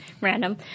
random